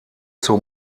zur